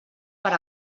per